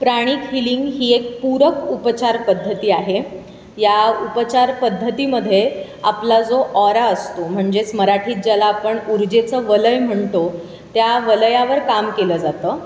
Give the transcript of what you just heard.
प्राणिक healing ही एक पूरक उपचार पद्धती आहे या उपचार पद्धतीमध्ये आपला जो ऑरा असतो म्हणजेच मराठीत ज्याला आपण उर्जेचं वलय म्हणतो त्या वलयावर काम केलं जातं